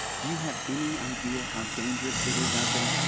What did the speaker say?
do you have any idea how dangerous it is out there?